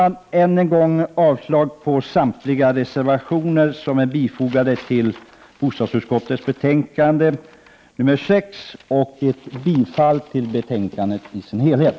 Jag yrkar än en gång avslag på samtliga reservationer som är fogade till bostadsutskottets betänkande nr 6 och bifall till utskottets hemställan i dess helhet.